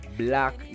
black